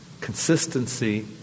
consistency